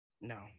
No